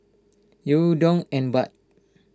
Yen Dong and Baht